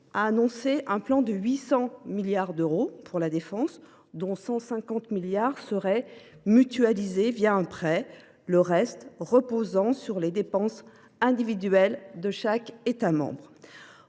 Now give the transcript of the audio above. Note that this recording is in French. a annoncé un plan de 800 milliards d’euros pour la défense européenne, dont 150 milliards d’euros seraient mutualisés un prêt européen, le reste reposant sur les dépenses individuelles de chaque État membre.